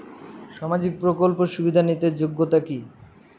সামাজিক প্রকল্প সুবিধা নিতে যোগ্যতা কি?